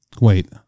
Wait